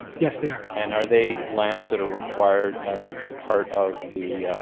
yes, they are. and are they lands that are required as part of the